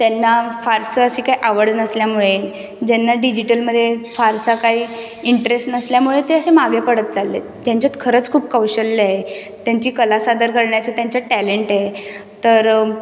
त्यांना फारसं अशी काही आवड नसल्यामुळे ज्यांना डिजिटलमध्ये फारसा काही इन्टरेस्ट नसल्यामुळे ते असे मागे पडत चालले आहेत ज्यांच्यात खरंच खूप कौशल्य आहे त्यांची कला सादर करण्याचं त्यांच्यात टॅलेन्ट आहे तर